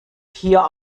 hier